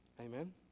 amen